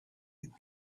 had